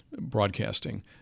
broadcasting